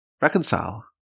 reconcile